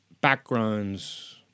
backgrounds